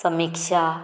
समिक्षा